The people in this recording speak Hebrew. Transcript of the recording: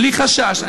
בלי חשש.